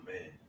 man